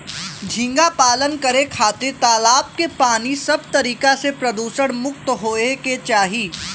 झींगा पालन करे खातिर तालाब के पानी सब तरीका से प्रदुषण मुक्त होये के चाही